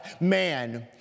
man